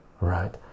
right